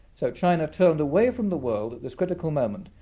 so china turned away from the world at this critical moment,